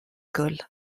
skull